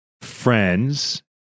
friends